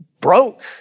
broke